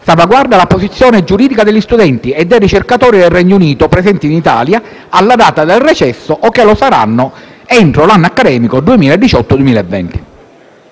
salvaguarda la posizione giuridica degli studenti e dei ricercatori del Regno Unito presenti in Italia alla data del recesso o che lo saranno entro l'anno accademico 2019-2020.